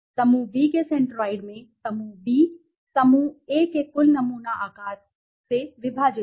समूह बी के सेंट्रोइड में समूह बी समूह ए के कुल नमूना आकार से विभाजित है